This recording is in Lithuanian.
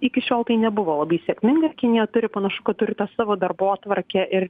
iki šiol tai nebuvo labai sėkminga kinija turi panašu kad turi tą savo darbotvarkę ir